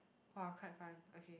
!wah! quite fun okay